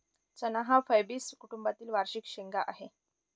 चणा हा फैबेसी कुटुंबातील वार्षिक शेंगा आहे